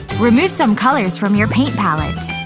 remove some colors from your paint palette